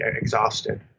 exhausted